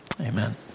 Amen